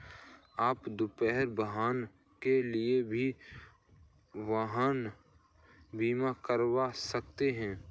आप दुपहिया वाहन के लिए भी वाहन बीमा करवा सकते हैं